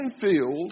field